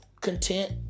content